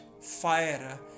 fire